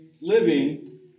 living